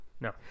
no